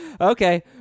Okay